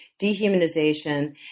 dehumanization